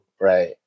right